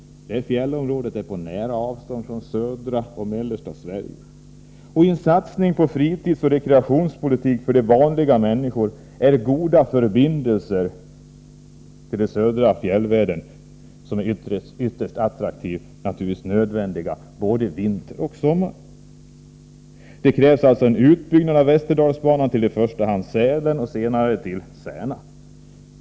Detta fjällområde ligger på nära avstånd från södra och mellersta Sverige. I en satsning på fritidsoch rekreationspolitik för de vanliga människorna är goda förbindelser till den södra fjällvärlden, som är ytterst attraktiv under både vinter och sommar, naturligtvis nödvändiga. Det krävs alltså en utbyggnad av Västerdalsbanan till i första hand Sälen och senare till Särna.